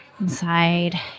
inside